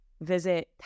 Visit